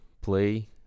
play